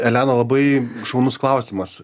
elena labai šaunus klausimas